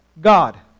God